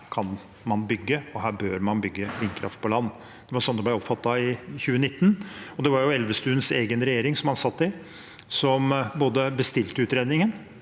og her bør man bygge vindkraft på land. Det var sånn det ble oppfattet i 2019. Det var regjeringen Elvestuen satt i, som både bestilte utredningen,